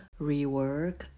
rework